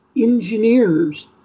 engineers